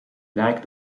wijk